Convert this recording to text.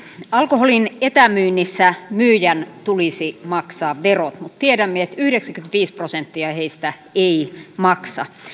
alkoholin etämyynnissä myyjän tulisi maksaa verot mutta tiedämme että yhdeksänkymmentäviisi prosenttia myyjistä ei maksa